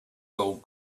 gold